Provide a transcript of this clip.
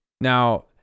Now